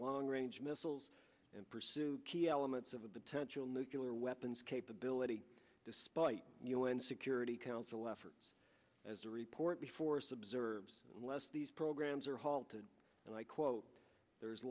of long range missiles and pursue key elements of the potential nuclear weapons capability despite u n security council efforts as a report before subserve unless these programs are halted and i quote there